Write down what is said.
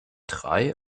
drei